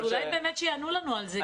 אז אולי באמת שיענו לנו על זה.